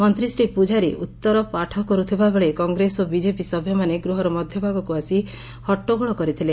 ମନ୍ତୀ ଶ୍ରୀ ପୂଜାରୀ ଉତ୍ତର ପାଠ କରୁଥିବା ବେଳେ କଂଗ୍ରେସ ଓ ବିଜେପି ସଭ୍ୟମାନେ ଗୃହର ମଧ୍ଧଭାଗକୁ ଆସି ହଟ୍ଟଗୋଳ କରିଥିଲେ